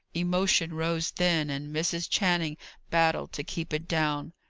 emotion rose then, and mrs. channing battled to keep it down.